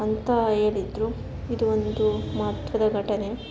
ಅಂತ ಹೇಳಿದ್ರು ಇದು ಒಂದು ಮಹತ್ವದ ಘಟನೆ